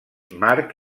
march